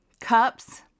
cups